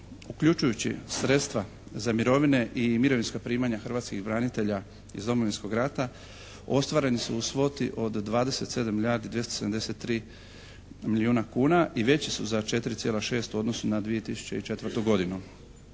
uključujući sredstva za mirovine i mirovinska primanja hrvatskih branitelja iz Domovinskog rata ostvareni su u svoti od 27 milijardi 273 milijuna kuna i veći su za 4,6 u odnosu na 2004. godinu.